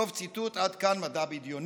סוף ציטוט, עד כאן מדע בדיוני.